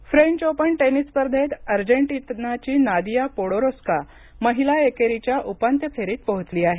tennis French Open tennis स्पर्धेत अर्जेंटिनाची Nadia Podoroska महिला एकेरीच्या उपांत्य फेरीत पोहोचली आहे